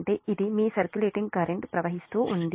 మీ circulating current ప్రసరిస్తూ ఉంది